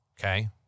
Okay